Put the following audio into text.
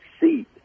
seat